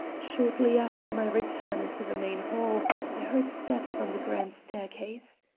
shortly after my return into the main hall i heard steps on the grand staircase.